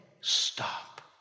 stop